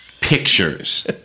pictures